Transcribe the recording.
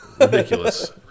ridiculous